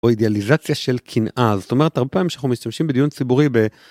או אידיאליזציה של קנאה, זאת אומרת, הרבה פעמים כשאנחנו משתמשים בדיון ציבורי ב...